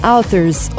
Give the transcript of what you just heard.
Authors